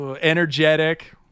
energetic